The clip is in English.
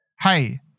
hey